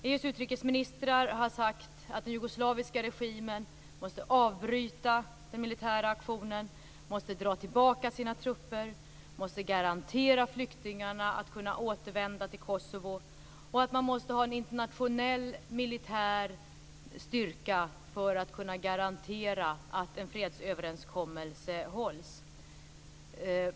EU:s utrikesministrar har sagt att den jugoslaviska regimen måste avbryta den militära aktionen, måste dra tillbaka sina trupper, måste garantera att flyktingarna kan återvända till Kosovo och att man måste ha en internationell militär styrka för att kunna garantera att en fredsöverenskommelse hålls.